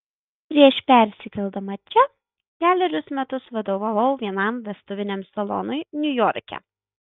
prieš persikeldama čia kelerius metus vadovavau vienam vestuviniam salonui niujorke